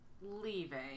leaving